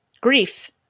Grief